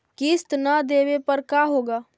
किस्त न देबे पर का होगा?